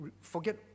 forget